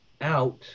out